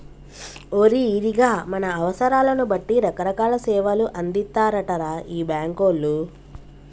ఓరి ఈరిగా మన అవసరాలను బట్టి రకరకాల సేవలు అందిత్తారటరా ఈ బాంకోళ్లు